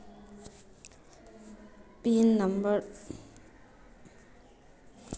Pin number भूले जाले से ऑफर नया पिन कन्हे बनो होबे?